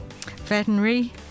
Veterinary